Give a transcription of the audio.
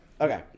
Okay